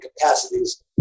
capacities